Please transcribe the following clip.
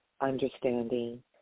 understanding